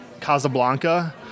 Casablanca